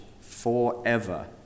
forever